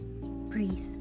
breathe